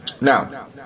Now